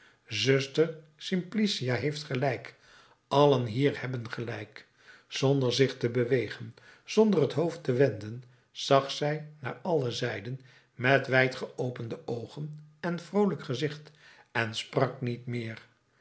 zuster simplicia heeft gelijk allen hier hebben gelijk zonder zich te bewegen zonder het hoofd te wenden zag zij naar alle zijden met wijdgeopende oogen en vroolijk gezicht en sprak niet meer